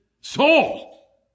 Saul